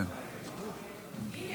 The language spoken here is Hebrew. כן, אתה ער?